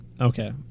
Okay